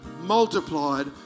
multiplied